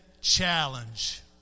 challenge